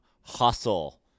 hustle